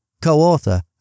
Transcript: co-author